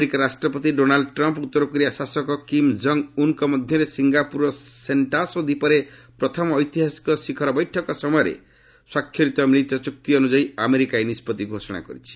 America ରାଷ୍ଟ୍ରପତି Donald Trump ଓ ଉତ୍ତର କୋରିଆ ଶାସକ କିମ୍ ଜଙ୍ଗ୍ ଉନ୍ଙ୍କ ମଧ୍ୟରେ ସିଙ୍ଗାପୁରର ସେଣ୍ଟୋଶା ଦ୍ୱୀପରେ ପ୍ରଥମ ଐତିହାସିକ ଶିଖର ବୈଠକ ସମୟରେ ସ୍ୱାକ୍ଷରିତ ମିଳିତ ଚୁକ୍ତି ଅନୁଯାୟୀ ଆମେରିକା ଏହି ନିଷ୍ପଭି ଘୋଷଣା କରିଛି